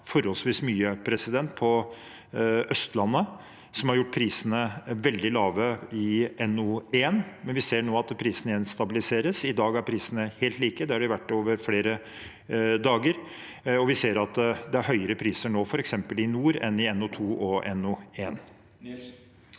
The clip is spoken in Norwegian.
forholdsvis mye på Østlandet, noe som har gjort prisene veldig lave i NO1. Vi ser nå at prisene igjen stabiliseres. I dag er prisene helt like, og det har de vært over flere dager. Vi ser at det nå er høyere priser f.eks. i nord enn i NO2 og NO1.